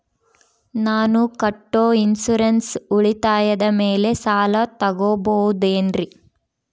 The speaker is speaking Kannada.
ನಾನು ಕಟ್ಟೊ ಇನ್ಸೂರೆನ್ಸ್ ಉಳಿತಾಯದ ಮೇಲೆ ಸಾಲ ತಗೋಬಹುದೇನ್ರಿ?